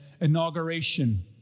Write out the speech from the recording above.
inauguration